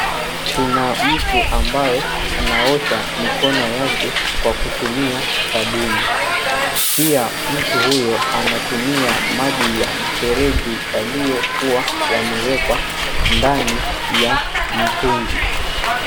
Kuna mtu ambaye anaosha mikono yake kwa kutumia sabuni. Pia mtu huyo anatumia maji ya mfereji yaliyokua yamewekwa ndani ya mtungi.